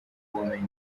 ubumenyi